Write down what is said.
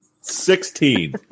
Sixteen